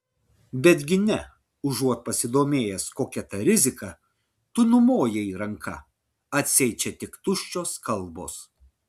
betgi ne užuot pasidomėjęs kokia ta rizika tu numojai ranka atseit čia tik tuščios kalbos